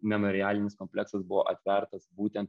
memorialinis kompleksas buvo atvertas būtent